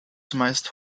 zumeist